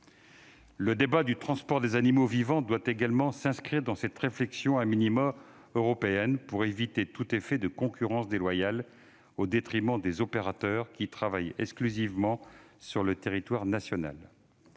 Le débat sur le transport des animaux vivants doit également s'inscrire dans cette réflexion, laquelle doit avoir lieu à l'échelle au moins européenne, pour éviter tout effet de concurrence déloyale au détriment des opérateurs qui travaillent exclusivement sur le territoire national.